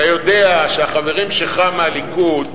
אתה יודע שהחברים שלך מהליכוד,